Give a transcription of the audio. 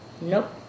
Nope